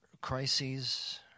crises